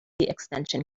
extension